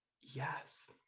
Yes